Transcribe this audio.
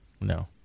no